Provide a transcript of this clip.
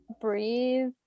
breathe